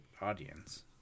audience